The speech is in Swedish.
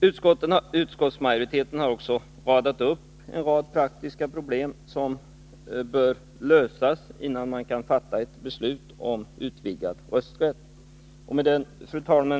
Utskottsmajoriteten har även radat upp en rad praktiska problem som bör lösas, innan man kan fatta ett beslut om utvidgad rösträtt.